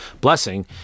blessing